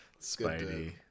spidey